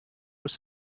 was